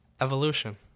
evolution